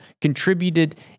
contributed